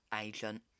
agent